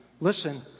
Listen